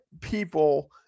people